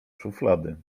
szuflady